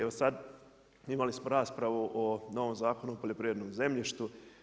Evo sad, imali smo raspravu o novom zakonu o poljoprivrednom zemljištu.